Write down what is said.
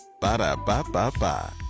Ba-da-ba-ba-ba